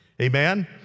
Amen